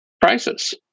prices